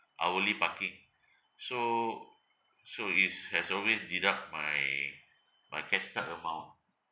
hourly parking so so it's has always deduct my my cash card amount